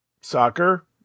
soccer